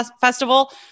festival